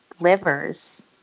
livers